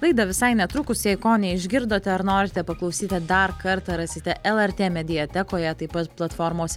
laida visai netrukus jei ko neišgirdote ar norite paklausyti dar kartą rasite lrt mediatekoje taip pat platformose